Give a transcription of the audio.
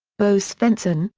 bo svenson,